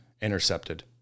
intercepted